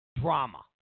drama